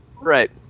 Right